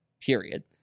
Period